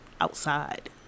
outside